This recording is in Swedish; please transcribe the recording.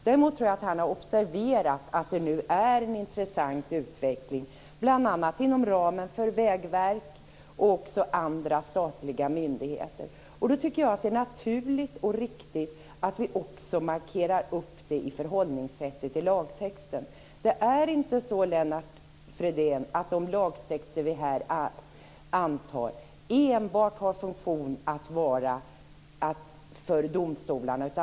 Däremot tror jag att han har observerat att det nu pågår en intressant utveckling, bl.a. inom ramen för Vägverket och andra statliga myndigheter. Därför tycker jag att det är naturligt och riktigt att vi också markerar det förhållningssättet i lagtexten. Det är inte så, Lennart Fridén, att de lagtexter vi antar här enbart fyller en funktion för domstolarna.